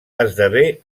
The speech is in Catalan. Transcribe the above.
esdevé